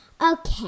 Okay